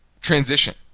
transition